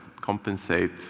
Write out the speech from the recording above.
compensate